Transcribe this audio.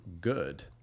good